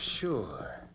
sure